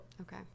okay